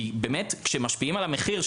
כי באמת כשמשפיעים על המחיר,